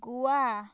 Goa